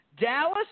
Dallas